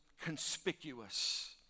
conspicuous